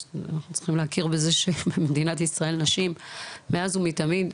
אנחנו צריכים להכיר בזה שבמדינת ישראל נשים מאז ומתמיד,